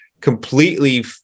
completely